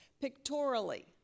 pictorially